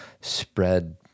spread